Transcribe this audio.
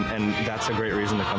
and that's a great reason um